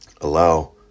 Allow